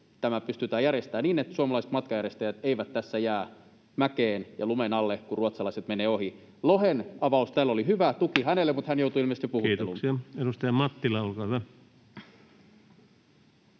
tämä pystytään järjestämään niin, että suomalaiset matkanjärjestäjät eivät tässä jää mäkeen ja lumen alle, kun ruotsalaiset menevät ohi? Lohen avaus tälle oli hyvä, tuki hänelle, mutta hän joutui ilmeisesti jo puhutteluun. Kiitoksia. — Edustaja Mattila, olkaa hyvä.